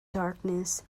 darkness